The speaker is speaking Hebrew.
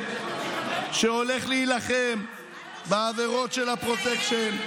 שהולך להילחם בעבירות של הפרוטקשן,